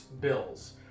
bills